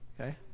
Okay